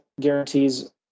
guarantees